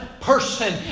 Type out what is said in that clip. person